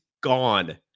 gone